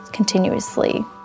continuously